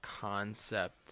concept